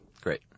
Great